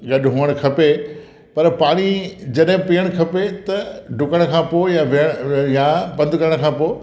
गॾु हुअण खपे पर पाणी जॾहिं पीअण खपे त डुकण खां पोइ या वि या पंधु करण खां पोइ